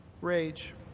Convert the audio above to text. rage